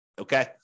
Okay